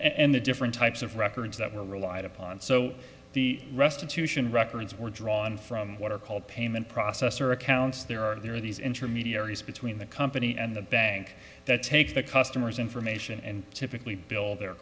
and the different types of records that were relied upon so the restitution records were drawn from what are called payment processor accounts there are there are these intermediaries between the company and the bank that takes the customers information and typically bill their